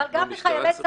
אבל גם לחיילי צה"ל,